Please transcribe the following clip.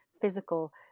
physical